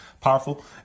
powerful